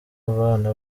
abana